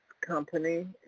company